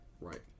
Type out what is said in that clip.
right